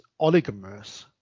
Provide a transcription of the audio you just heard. oligomers